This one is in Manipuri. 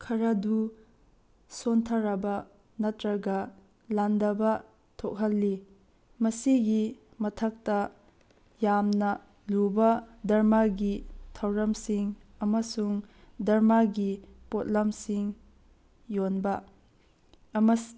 ꯈꯔꯗꯨ ꯁꯣꯟꯊꯔꯕ ꯅꯠꯇ꯭ꯔꯒ ꯂꯥꯟꯗꯕ ꯊꯣꯛꯍꯜꯂꯤ ꯃꯁꯤꯒꯤ ꯃꯊꯛꯇ ꯌꯥꯝꯅ ꯂꯨꯕ ꯙꯔꯃꯒꯤ ꯊꯧꯔꯝꯁꯤꯡ ꯑꯃꯁꯨꯡ ꯙꯔꯃꯒꯤ ꯄꯣꯠꯂꯝꯁꯤꯡ ꯌꯣꯟꯕ ꯑꯃ